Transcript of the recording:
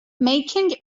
making